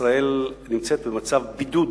ישראל נמצאת במצב בידוד